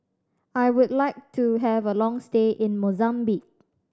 I would like to have a long stay in Mozambique